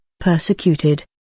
persecuted